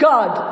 God